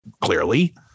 clearly